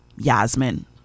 Yasmin